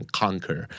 conquer